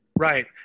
Right